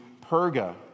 Perga